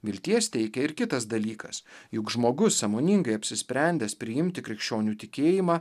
vilties teikia ir kitas dalykas juk žmogus sąmoningai apsisprendęs priimti krikščionių tikėjimą